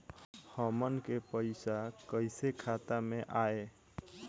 हमन के पईसा कइसे खाता में आय?